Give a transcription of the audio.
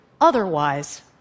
Otherwise